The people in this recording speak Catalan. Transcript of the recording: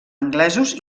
anglesos